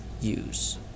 use